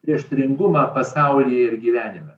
prieštaringumą pasaulyje ir gyvenime